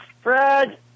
Fred